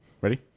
Ready